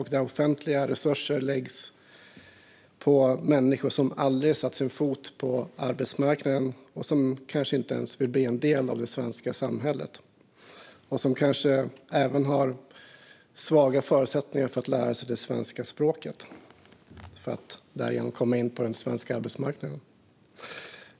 Och offentliga resurser läggs på människor som aldrig har satt sin fot på arbetsmarknaden. De kanske inte ens vill bli en del av det svenska samhället. De har kanske även svaga förutsättningar för att lära sig svenska språket, för att därigenom kunna komma in på den svenska arbetsmarknaden.